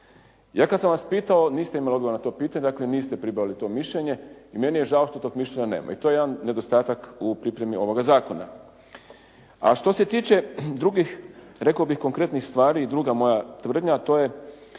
Ja kad sam vas pitao niste imali odgovor na to pitanje. Dakle, niste pribavili to mišljenje i meni je žao što tog mišljenja nema i to je jedan nedostatak u pripremi ovoga zakona. A što se tiče drugih, rekao bih konkretnih stvari i druga moja tvrdnja, a to je,